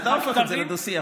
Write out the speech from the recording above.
אתה הופך את זה לדו-שיח,